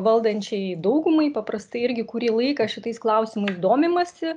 valdančiajai daugumai paprastai irgi kurį laiką šitais klausimais domimasi